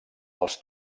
els